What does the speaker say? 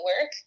work